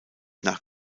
nach